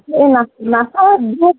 ہے نسہ نسا درٛوٚگ